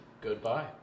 Goodbye